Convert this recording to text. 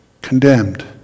condemned